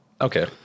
Okay